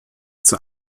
zur